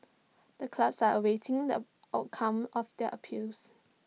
the clubs are awaiting the outcome of their appeals